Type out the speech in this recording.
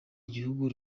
igihugu